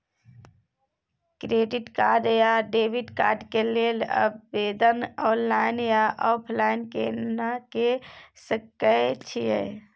Credit card आ debit card के लेल आवेदन ऑनलाइन आ ऑफलाइन केना के सकय छियै?